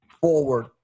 forward